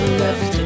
left